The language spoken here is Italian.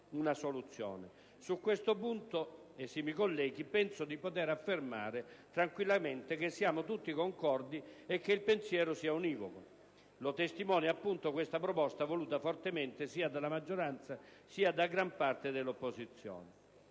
una soluzione. Su questo punto, esimi colleghi, penso di poter affermare tranquillamente che siamo tutti concordi e che il pensiero sia univoco: lo testimonia questa proposta voluta fortemente sia dalla maggioranza sia da gran parte dell'opposizione.